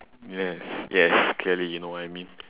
yes yes clearly you know what I mean